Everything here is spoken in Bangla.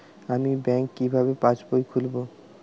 আমি ব্যাঙ্ক কিভাবে পাশবই খুলব?